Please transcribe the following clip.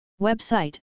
Website